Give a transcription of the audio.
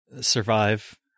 survive